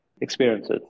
experiences